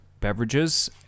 beverages